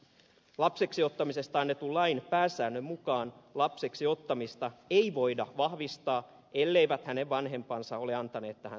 lapseksi ottamisesta annetun lain pääsäännön mukaan lapseksi ottamista ei voida vahvistaa elleivät hänen vanhempansa ole antaneet tähän suostumusta